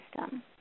system